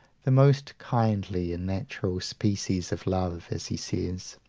the most kindly and natural species of love, as he says,